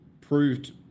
proved